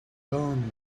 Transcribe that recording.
done